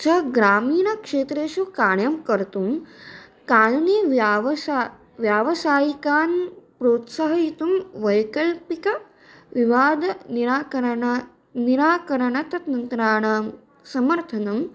च ग्रामीणक्षेत्रेषु कार्यं कर्तुं कानूनी व्यवसायः व्यावसायिकान् प्रोत्सहयितुं वैकल्पिकविवादनिराकरणं निराकरणतन्त्राणां समर्थनं